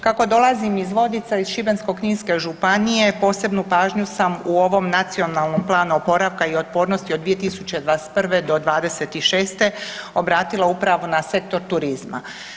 Kako dolazi iz Vodica iz Šibensko-kninske županije posebnu pažnju sam u ovom Nacionalnom planu oporavka i otpornosti od 2021.-2026. obratila upravo na sektor turizma.